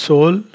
Soul